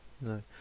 No